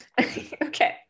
okay